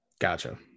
Gotcha